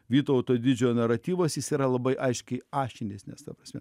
vytauto didžiojo naratyvas jis yra labai aiškiai ašinesnės ta prasme